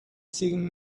sing